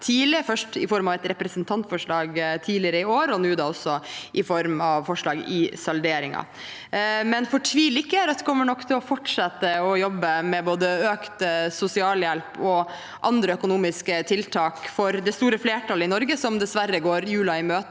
først i form av et representantforslag tidligere i år og nå i form av forslag i salderingen. Men fortvil ikke, Rødt kommer nok til å fortsette å jobbe for både økt sosialhjelp og andre økonomiske tiltak for det store flertallet i Norge, som dessverre går julen i møte